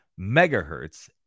megahertz